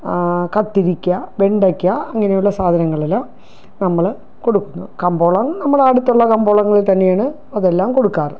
കത്തിരിക്ക വെണ്ടയ്ക്ക അങ്ങനെയുള്ള സാധനങ്ങളിൽ നമ്മൾ കൊടുക്കുന്നു കമ്പോളം നമ്മുടെ അടുത്തുള്ള കമ്പോളങ്ങളിൽ തന്നെയാണ് അതെല്ലാം കൊടുക്കാറ്